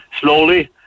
slowly